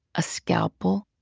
a scalpel,